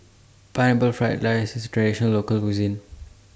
Pineapple Fried Rice IS A Traditional Local Cuisine